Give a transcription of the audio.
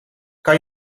kan